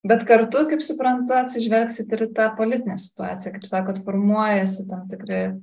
bet kartu kaip suprantu atsižvelgsit ir į tą politinę situaciją kaip sakot formuojasi tam tikri